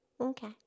Okay